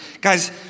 Guys